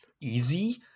easy